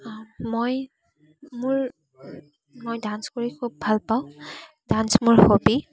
মই মোৰ মই ডান্স কৰি খুব ভালপাওঁ ডান্স মোৰ হবি